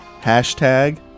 hashtag